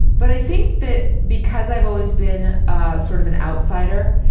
but i think that because i've always been ah sort of an outsider,